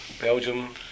Belgium